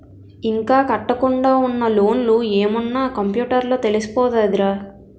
ఇంకా కట్టకుండా ఉన్న లోన్లు ఏమున్న కంప్యూటర్ లో తెలిసిపోతదిరా